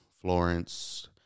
Florence